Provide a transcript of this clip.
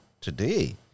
today